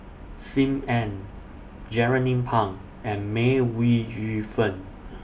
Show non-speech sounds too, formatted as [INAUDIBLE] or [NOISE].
SIM Ann Jernnine Pang and May Ooi Yu Fen [NOISE]